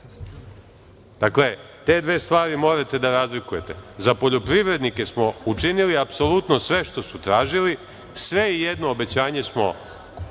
kada. Dakle, te dve stvari morate da razlikujete, za poljoprivrednike smo učinili sve što su tražili, sve jedno obećanje smo